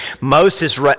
Moses